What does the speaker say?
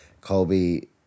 Colby